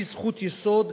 היא זכות יסוד,